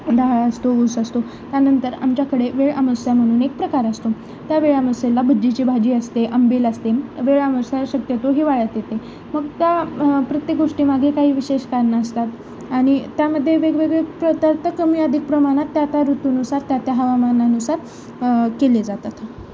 डहाळ असतो ऊस असतो त्यानंतर आमच्याकडे वेळ अमावस्या म्हणून एक प्रकार असतो त्या वेळ अमावास्येला भज्जीची भाजी असते अंबेल असते वेळ आमावस्या शक्यतो हिवाळ्यात येते मग त्या प्रत्येक गोष्टीमागे काही विशेष कारण असतात आणि त्यामध्ये वेगवेगळे पदार्थ कमी अधिक प्रमाणात त्या त्या ऋतूनुसार त्या त्या हवामानानुसार केले जातात